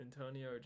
Antonio